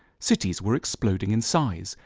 cities were exploding in size.